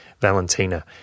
Valentina